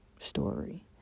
story